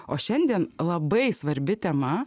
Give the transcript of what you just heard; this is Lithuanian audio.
o šiandien labai svarbi tema